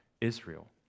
Israel